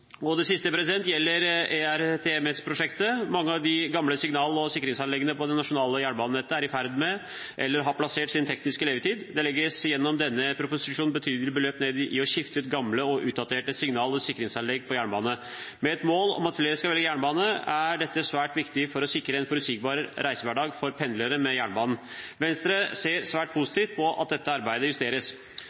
Det siste gjelder ERTMS-prosjektet. Mange av de gamle signal- og sikringsanleggene på det nasjonale jernbanenettet er i ferd med å passere, eller har passert, sin tekniske levetid. Det legges gjennom denne proposisjonen betydelige beløp ned i å skifte ut gamle og utdaterte signal- og sikringsanlegg på jernbane. Med et mål om at flere skal velge jernbane, er dette svært viktig for å sikre pendlere en forutsigbar reisehverdag med jernbanen. Venstre ser svært positivt på at dette arbeidet justeres.